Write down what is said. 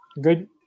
Good